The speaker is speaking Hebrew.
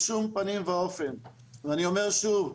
בשום פנים ואופן ואני אומר שוב,